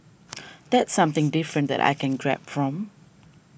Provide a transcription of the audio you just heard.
that's something different that I can grab from